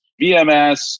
VMS